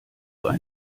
ein